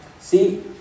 see